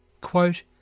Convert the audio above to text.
Quote